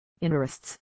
interests